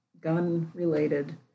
gun-related